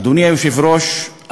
אדוני היושב-ראש,